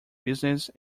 business